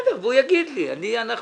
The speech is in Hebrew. חבר הכנסת מיקי לוי, בבקשה.